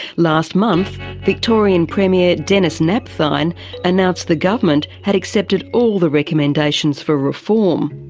last month victorian premier denis napthine announced the government had accepted all the recommendations for reform.